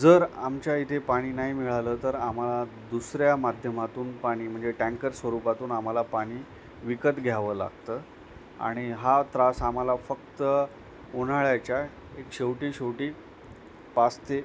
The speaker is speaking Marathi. जर आमच्या इथे पाणी नाही मिळालं तर आम्हाला दुसऱ्या माध्यमातून पाणी म्हणजे टँकर स्वरूपातून आम्हाला पाणी विकत घ्यावं लागतं आणि हा त्रास आम्हाला फक्त उन्हाळ्याच्या एक शेवटी शेवटी पास ते